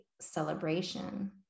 celebration